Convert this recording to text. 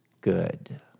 good